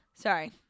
sorry